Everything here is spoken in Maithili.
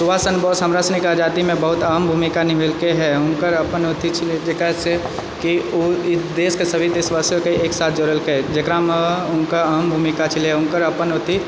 सुभाष चन्द्र बोस हमरासनीके आजादीमे बहुत अहम भूमिका निभेलकै हंँ हुनकर अपन ओथि छलै जेकरासँ कि ओ ई देशके सभी देशवासियोके एकसाथ जोड़लकै जेकरामे हुनकर अहम भूमिका छलै हँ हुनकर अपन ओथि